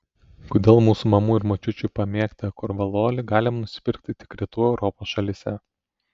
kodėl mūsų mamų ir močiučių pamėgtą korvalolį galima nusipirkti tik rytų europos šalyse